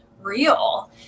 real